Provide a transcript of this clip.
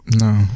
No